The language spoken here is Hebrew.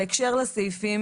בהקשר לסעיפים